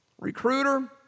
Recruiter